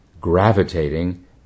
gravitating